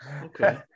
Okay